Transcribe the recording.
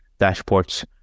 dashboards